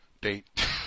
Date